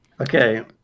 Okay